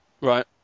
Right